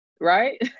right